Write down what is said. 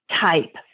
type